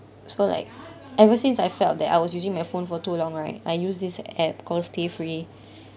so like ever since I felt that I was using my phone for too long right I use this app called stay free